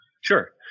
Sure